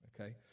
Okay